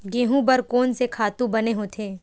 गेहूं बर कोन से खातु बने होथे?